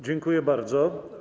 Dziękuję bardzo.